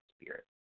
spirit